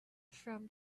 from